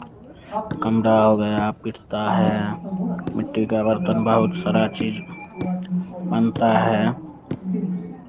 कंडा हो गया पीटता है मिट्टी का बर्तन बहुत सारा चीज़ बनता है